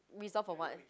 resolve of what